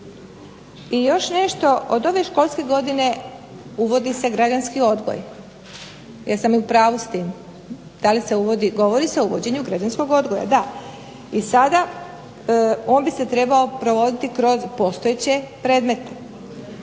I još nešto od ove školske godine uvodi se Građanski odgoj. Jesam li u pravu s tim, da li se uvodi? I sada on bi se trebao provoditi kroz postojeće predmete,